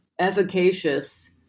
efficacious